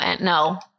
No